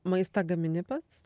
maistą gamini pats